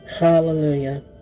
Hallelujah